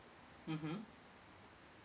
mmhmm